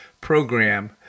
program